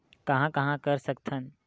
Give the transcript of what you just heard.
कहां कहां कर सकथन?